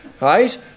right